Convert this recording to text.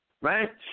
right